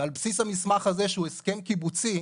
ועל בסיס המסמך הזה שהוא הסכם קיבוצי,